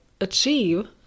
achieve